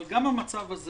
אבל גם המצב הזה